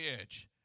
edge